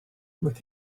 with